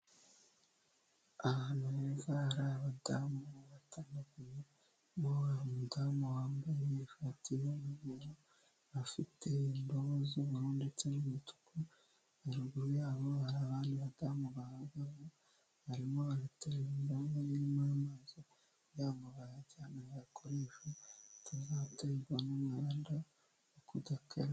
Ahantu heza hari abadamu batandukanye, harimo umudamu wambaye ishati y'umweru, afite indobo z'ubururu ndetse n'imituku, haruguru yabo hari abandi badamu bahagaze, barimo baraterura indobo irimo amazi, kugira ngo bayajyane bayakoreshe, batazaterwa n'umwanda wo kudakaraba.